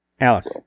Alex